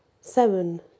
Seven